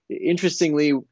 Interestingly